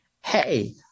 hey